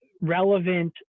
relevant